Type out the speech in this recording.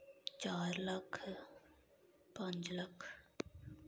चार लक्ख पंज लक्ख